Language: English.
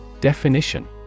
Definition